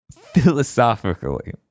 Philosophically